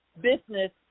business